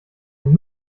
und